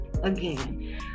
again